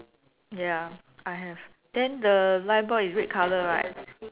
ya I have then the light bulb is red colour right